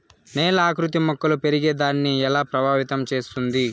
నేల ఆకృతి మొక్కలు పెరిగేదాన్ని ఎలా ప్రభావితం చేస్తుంది?